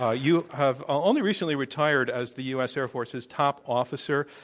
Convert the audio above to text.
ah you have ah only recently retired as the u. s. air force's top officer.